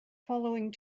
following